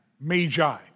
magi